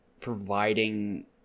providing